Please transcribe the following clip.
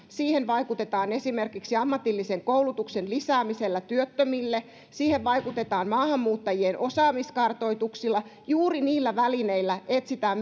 siihen vaikutetaan esimerkiksi ammatillisen koulutuksen lisäämisellä työttömille siihen vaikutetaan maahanmuuttajien osaamiskartoituksilla juuri niillä välineillä etsitään